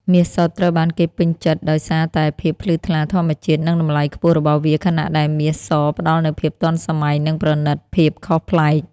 មាសសុទ្ធត្រូវបានគេពេញចិត្តដោយសារតែភាពភ្លឺថ្លាធម្មជាតិ និងតម្លៃខ្ពស់របស់វា ខណៈដែលមាសសផ្ដល់នូវភាពទាន់សម័យ និងប្រណិតភាពខុសប្លែក។